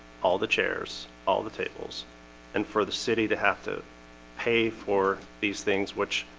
all the chairs all the tables and for the city to have to pay for these things which